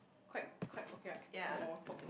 quite quite okay lah it's small talk